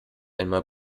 einmal